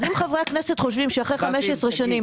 אז אם חברי הכנסת חושבים שאחרי 15 שנים